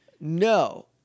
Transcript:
No